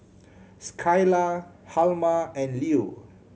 Skylar Hjalmar and Lew